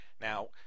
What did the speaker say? Now